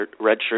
redshirt